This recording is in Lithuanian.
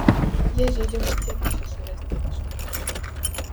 jie žeidžia mus tiek iš išorės tiek iš vidaus